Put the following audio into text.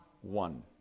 one